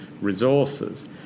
resources